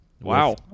Wow